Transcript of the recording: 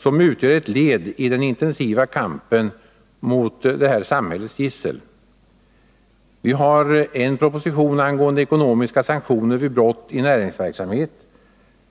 som utgör ett led i den intensiva kampen mot detta samhällets gissel. Vi har en proposition angående ekonomiska sanktioner vid brott i näringsverksamhet.